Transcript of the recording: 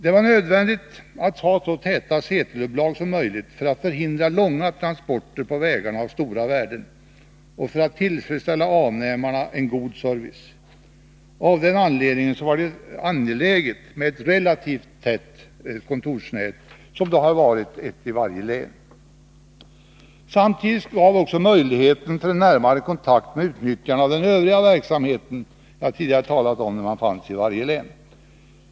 Det var nödvändigt att ha så täta sedelupplag som möjligt för att förhindra långa transporter på vägarna av stora värden och för att tillförsäkra avnämarna en god service. Av den anledningen var det angeläget med ett relativt tätt kontorsnät, vilket det är med ett kontor i varje län. Samtidigt gavs också möjligheten för en närmare kontakt med utnyttjarna av den övriga verksamhet jag tidigare talat om.